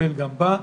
לטפל גם בה.